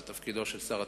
זה תפקידו של שר התקשורת,